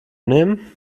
nehmen